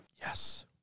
Yes